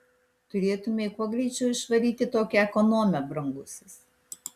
turėtumei kuo greičiau išvaryti tokią ekonomę brangusis